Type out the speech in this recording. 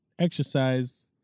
exercise